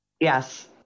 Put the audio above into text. Yes